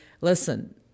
listen